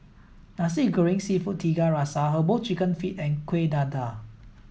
Nasi Goreng Seafood Tiga Rasa herbal chicken feet and Kuih Dadar